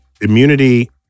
immunity